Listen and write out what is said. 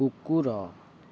କୁକୁର